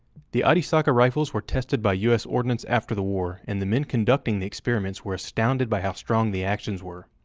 the arisaka rifles were tested by us ordinance after the war, and the men conducting the experiments were astounded by how strong the actions were.